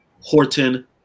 Horton